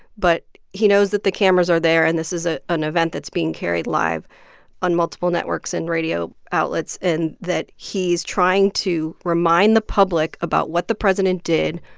but he knows that the cameras are there and this is ah an event that's being carried live on multiple networks and radio outlets and that he's trying to remind the public about what the president did,